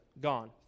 gone